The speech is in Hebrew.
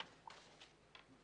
לכך,